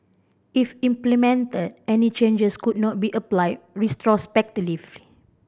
if implemented any changes could not be applied retrospectively